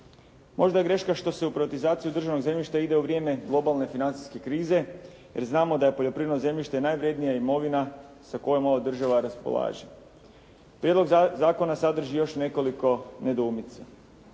Možda je greška što se u privatizaciju državnog zemljišta ide u vrijeme globalne financijske krize jer znamo da je poljoprivredno zemljište najvrjednija imovina sa kojom ova država raspolaže. Prijedlog zakona sadrži još nekoliko nedoumica.